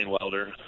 welder